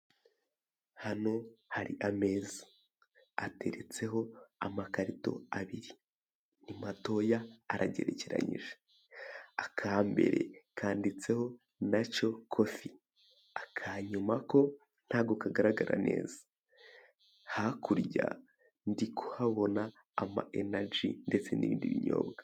Hano hari ameza, ateretseho amakarito abiri, ni matoya aragerekeranyije, akambere kanditseho Natural coffee, akanyuma ko ntabwo kagaragara neza, hakurya ndikuhabona amayenajyi ndetse n'ibindi binyobwa.